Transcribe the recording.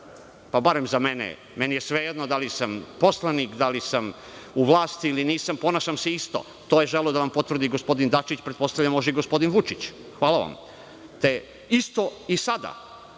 pa barem za mene, meni je svejedno da li sam poslanik, da li sam u vlasti ili nisam, ponašam se isto. To je želeo da vam potvrdi i gospodin Dačić. Pretpostavljam da može i gospodin Vučić. Hvala vam. Isto i sada,